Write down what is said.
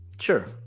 Sure